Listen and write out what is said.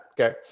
okay